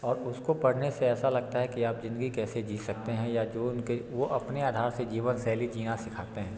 और उसको पढ़ने से ऐसा लगता है कि आप ज़िंदगी कैसे जी सकते हैं या जो उनके वो अपने आधार से जीवन शैली जीना सिखाते हैं